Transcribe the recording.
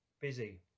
busy